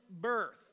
birth